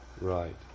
Right